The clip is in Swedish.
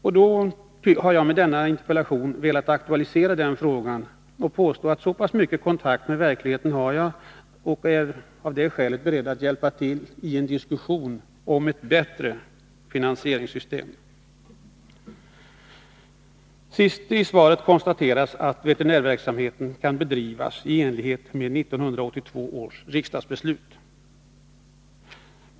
Jag har med denna interpellation velat aktualisera denna fråga och påstå att jag har så pass mycket kontakt med verkligheten att jag av det skälet är beredd att hjälpa till i en diskussion om ett bättre finansieringssystem. Sist i svaret konstateras att veterinärverksamheten kan bedrivas i enlighet med 1982 års riksdagsbeslut.